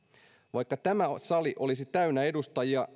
vaikka tämä sali olisi täynnä edustajia